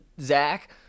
Zach